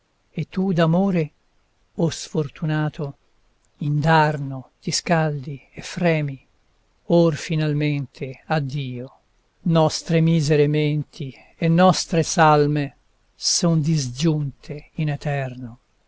e tu d'amore o sfortunato indarno ti scaldi e fremi or finalmente addio nostre misere menti e nostre salme son disgiunte in eterno